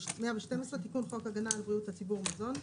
112. תיקון חוק הגנה על בריאות הציבור (מזון).